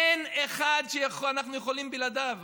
אין אחד שאנחנו יכולים בלעדיו.